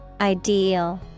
Ideal